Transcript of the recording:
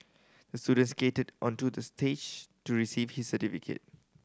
the student skated onto the stage to receive his certificate